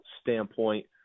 standpoint